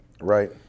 Right